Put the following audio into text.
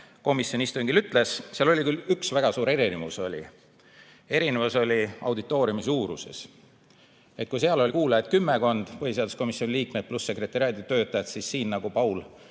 komisjoni istungil ütles. Seal oli küll üks väga suur erinevus: erinevus oli auditooriumi suuruses. Kui seal oli kuulajaid kümmekond, põhiseaduskomisjoni liikmed pluss sekretariaadi töötajad, siis siin, nagu Paul